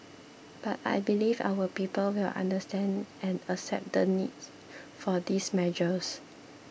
but I believe our people will understand and accept the need for these measures